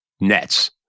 Nets